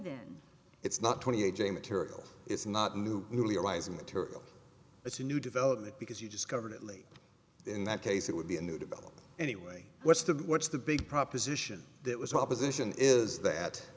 then it's not twenty a j material it's not new merely a rising material it's a new development because you discovered it late in that case it would be a new development anyway what's the what's the big proposition that was opposition is that